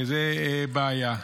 זו בעיה.